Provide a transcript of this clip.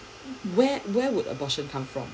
where would abortion come from